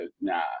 nah